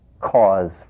cause